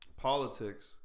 politics